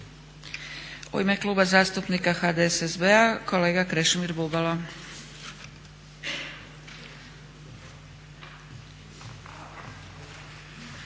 U ime Kluba zastupnika HDSSB-a kolega Krešimir Bubalo.